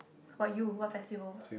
about you what festivals